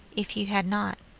if you had not.